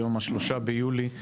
היום ה-3 ביולי 2023,